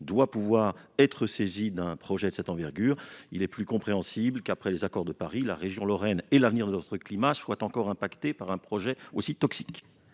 doit pouvoir être saisie d'un projet de cette envergure. Il n'est plus compréhensible, après les accords de Paris, que la région Lorraine et l'avenir de notre climat soient encore impactés par un projet aussi toxique.